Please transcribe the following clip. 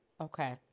Okay